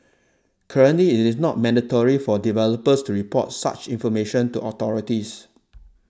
currently it is not mandatory for developers to report such information to authorities